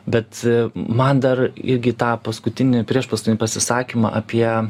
bet man dar irgi į tą paskutinį priešpaskutinį pasisakymą apie